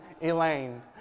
Elaine